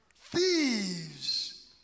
Thieves